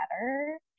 better